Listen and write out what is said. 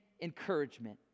encouragement